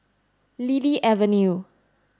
Lily Avenue